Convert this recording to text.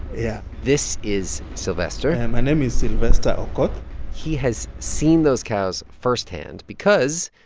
yeah this is sylvester my name is sylvester okoth he has seen those cows firsthand because,